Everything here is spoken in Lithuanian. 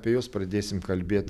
apie juos pradėsim kalbėt